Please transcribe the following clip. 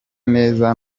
neza